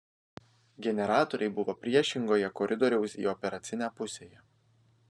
generatoriai buvo priešingoje koridoriaus į operacinę pusėje